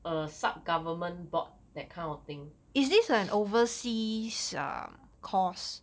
a sub government board that kind of thing